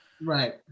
Right